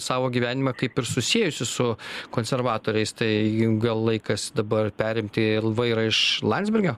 savo gyvenimą kaip ir susiejusi su konservatoriais tai gal laikas dabar perimti vairą iš landsbergio